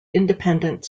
independent